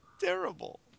Terrible